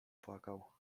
płakał